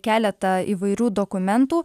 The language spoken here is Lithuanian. keletą įvairių dokumentų